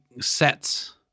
sets